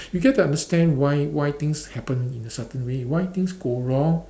you get to understand why why things happen in a certain way why things go wrong